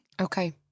Okay